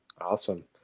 Awesome